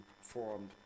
formed